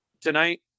tonight